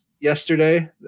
yesterday